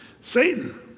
Satan